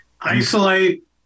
Isolate